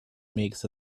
makes